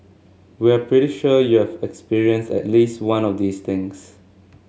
we're pretty sure you've experienced at least one of these things